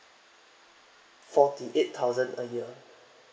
forty eight thousand a year